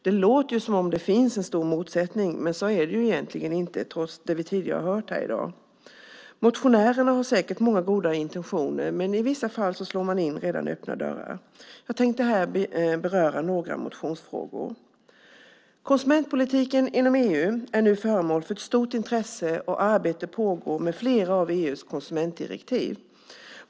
Det låter som att det finns en stor motsättning, men så är det egentligen inte trots det vi hört tidigare här i dag. Motionärerna har säkert många goda intentioner, men i vissa fall slår man in redan öppna dörrar. Jag tänker här beröra några motionsfrågor. Konsumentpolitiken inom EU är nu föremål för ett stort intresse, och arbete pågår med flera av EU:s konsumentdirektiv.